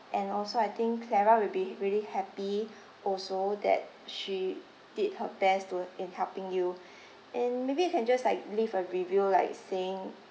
and also I think clara will be really happy also that she did her best to in helping you and maybe you can just like leave a review like saying